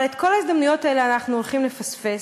אבל את כל ההזדמנויות האלה אנחנו הולכים לפספס,